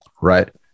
right